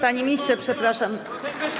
Panie ministrze, przepraszam.